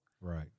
Right